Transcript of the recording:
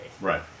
Right